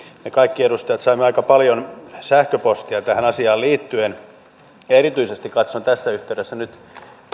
me kaikki edustajat saimme aika paljon sähköpostia tähän asiaan liittyen erityisesti katson tässä yhteydessä nyt